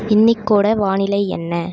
இன்னிக்கோட வானிலை என்ன